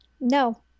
no